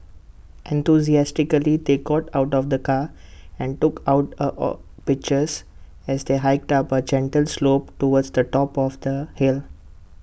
enthusiastically they got out of the car and took A out of pictures as they hiked up A gentle slope towards the top of the hill